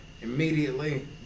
Immediately